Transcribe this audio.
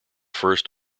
first